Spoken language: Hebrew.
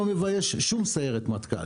שלא מבייש שום סיירת מטכ"ל